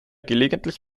gelegentlich